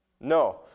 No